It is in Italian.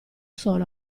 solo